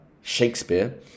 Shakespeare